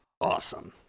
awesome